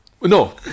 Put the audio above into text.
no